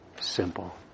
simple